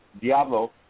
Diablo